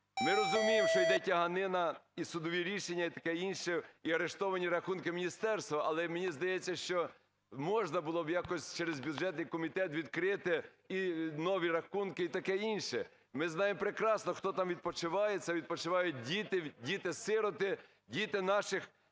Ми розуміємо, що йде тяганина і судові рішення, і таке інше, і арештовані рахунки міністерства, але мені здається, що можна було б якось через бюджетний комітет відкрити і нові рахунки, і таке інше. Ми знаємо прекрасно, хто там відпочиває. Це відпочивають діти, діти-сироти, діти наших